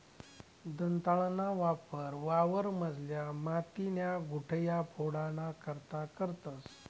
दंताळाना वापर वावरमझारल्या मातीन्या गुठया फोडाना करता करतंस